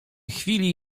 chwili